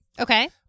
Okay